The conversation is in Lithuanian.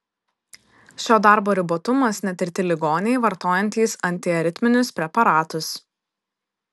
šio darbo ribotumas netirti ligoniai vartojantys antiaritminius preparatus